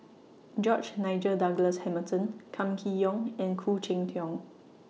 George Nigel Douglas Hamilton Kam Kee Yong and Khoo Cheng Tiong